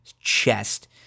chest